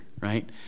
Right